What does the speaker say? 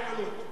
מה?